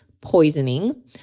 poisoning